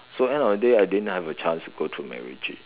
so end of the day I didn't have a chance to go through Macritchie